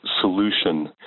solution